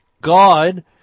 God